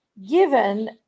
given